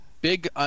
big